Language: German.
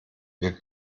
wir